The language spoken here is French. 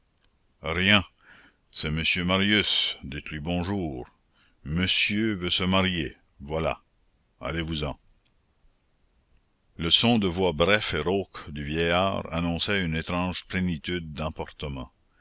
rien c'est monsieur marius dites-lui bonjour monsieur veut se marier voilà allez-vous-en le son de voix bref et rauque du vieillard annonçait une étrange plénitude d'emportement